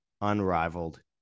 unrivaled